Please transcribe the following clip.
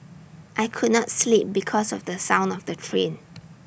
I could not sleep because of the sound of the train